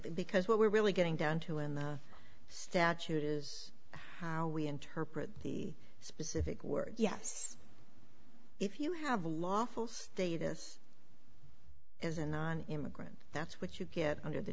because what we're really getting down to in the statute is how we interpret the specific words yes if you have a lawful stay you this is an on immigrant that's what you get under the